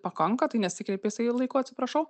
pakanka tai nesikreipia jisai laiku atsiprašau